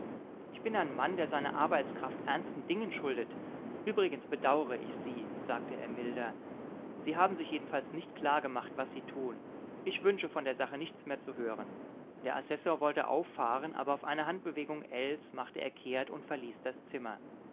ich bin ein mann der seine arbeitskraft ernsten dingen schuldet übrigens bedauere ich sie sagte er milder sie haben sich jedenfalls nicht klargemacht was sie tun ich wünsche von der sache nichts mehr zu hören der assessor wollte auffahren aber auf eine handbewegung ells machte er kehrt und verließ das zimmer